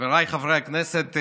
חבריי חברי הכנסת,